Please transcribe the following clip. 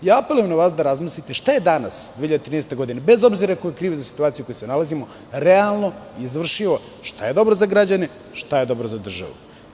Apelujemna vas da razmislite šta je danas, 2013. godine, bez obzira ko je kriv za situaciju u kojoj se nalazimo, realno izvršivo, šta je dobro za građane, šta je dobro za državu.